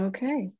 Okay